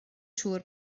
siŵr